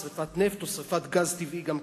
שרפת נפט או שרפת גז טבעי גם כן.